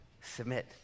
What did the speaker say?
submit